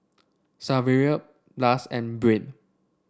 Saverio Blas and Brain